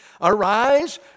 arise